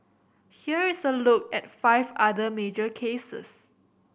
here is a look at five other major cases